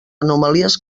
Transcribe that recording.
anomalies